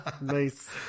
Nice